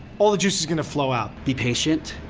all the juice is gonna flow out. be patient,